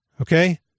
Okay